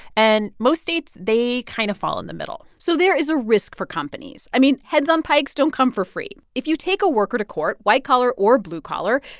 and most states, they kind of fall in the middle so there is a risk for companies. i mean, heads on pikes don't come for free. if you take a worker to court, white-collar or blue-collar,